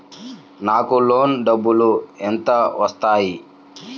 నాకు లోన్ డబ్బులు ఎంత వస్తాయి?